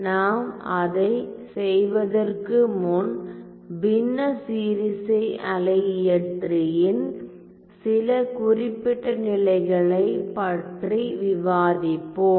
நாம் அதைச் செய்வதற்கு முன் பின்ன சீரிசை அலையியற்றியின் சில குறிப்பிட்ட நிலைகளைப் பற்றி விவாதிப்போம்